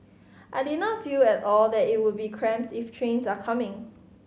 I did not feel at all that it would be cramped if trains are coming